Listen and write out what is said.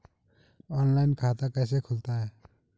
Online खाता कैसे खुलता है?